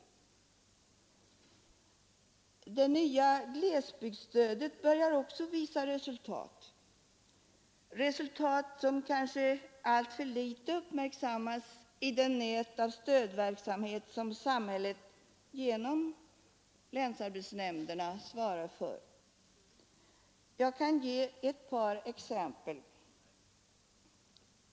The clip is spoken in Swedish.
Det nya glesbygdsstödet börjar också visa resultat, som kanske alltför litet uppmärksammas i det nät av stödverksamhet som samhället genom länsarbetsnämnderna svarar för. Jag kan ge ett par exempel.